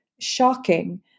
shocking